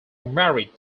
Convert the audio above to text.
married